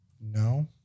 No